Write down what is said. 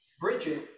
Bridget